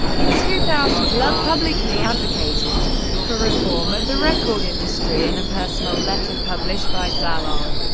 in two thousand, love publicly advocated for reform of the record industry in a personal letter published by salon.